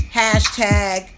hashtag